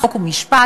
חוק ומשפט,